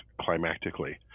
climactically